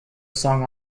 song